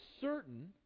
certain